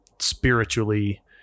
spiritually